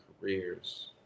careers